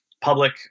public